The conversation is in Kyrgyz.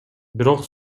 бирок